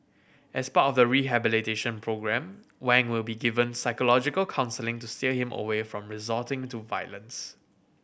as part of the rehabilitation programme Wang will be given psychological counselling to steer him away from resorting to violence